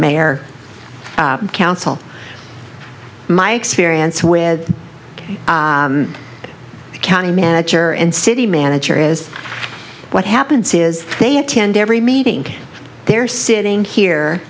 mayor council my experience with the county manager and city manager is what happens is they attend every meeting they're sitting here